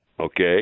Okay